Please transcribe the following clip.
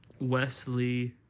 Wesley